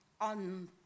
on